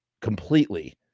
completely